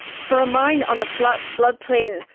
for a mine on a flat floodplain,